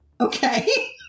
Okay